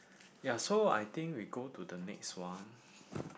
ya so I think we go to the next one